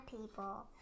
people